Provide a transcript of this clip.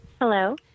Hello